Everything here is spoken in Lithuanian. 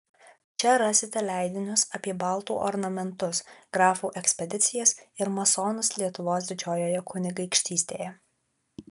čia rasite leidinius apie baltų ornamentus grafų ekspedicijas ir masonus lietuvos didžiojoje kunigaikštystėje